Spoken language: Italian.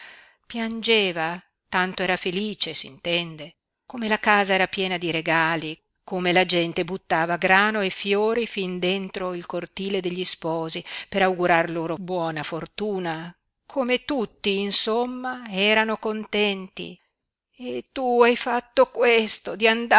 piangeva tanto era felice s'intende come la casa era piena di regali come la gente buttava grano e fiori fin dentro il cortile degli sposi per augurar loro buona fortuna come tutti insomma erano contenti e tu hai fatto questo di